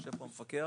נמצא כאן מפקח